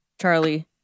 Charlie